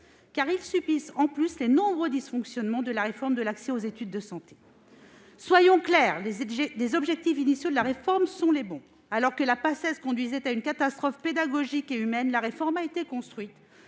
car ils subissent en outre les nombreux dysfonctionnements de la réforme de l'accès aux études de santé. Soyons clairs : les objectifs initiaux de la réforme sont les bons. Alors que la Paces conduisait à une catastrophe pédagogique et humaine, la réforme a été construite.